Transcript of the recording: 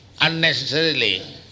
unnecessarily